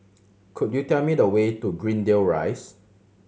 could you tell me the way to Greendale Rise